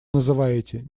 называете